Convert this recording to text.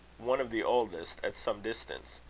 one of the oldest, at some distance.